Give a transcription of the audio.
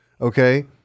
Okay